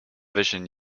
vision